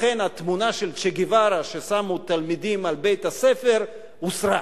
ולכן התמונה של צ'ה גווארה ששמו תלמידים על בית-הספר הוסרה.